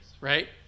right